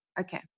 okay